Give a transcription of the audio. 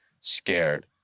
scared